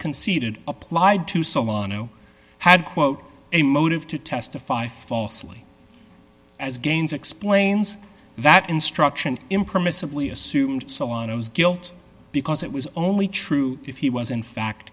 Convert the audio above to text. conceded applied to someone who had quote a motive to testify falsely as gains explains that instruction impermissibly assumed someone i was guilty because it was only true if he was in fact